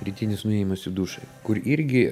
rytinis nuėjimas į dušą kur irgi